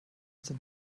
sind